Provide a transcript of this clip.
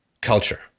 culture